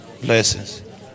blessings